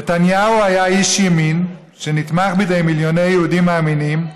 נתניהו היה איש ימין שנתמך בידי מיליוני יהודים מאמינים,